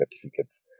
certificates